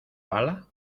bala